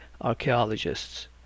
archaeologists